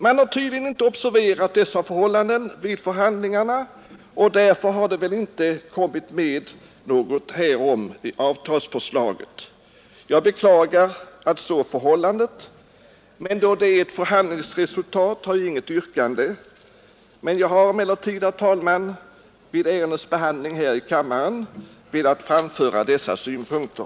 Man har tydligen inte observerat dessa förhållanden vid förhandlingarna, och därför har det väl inte kommit med något härom i avtalsförslaget. Jag beklagar att så är förhållandet, men då det är ett förhandlingsresultat har jag inget yrkande. Jag har emellertid, herr talman, vid ärendets behandling här i kammaren velat framföra dessa synpunkter.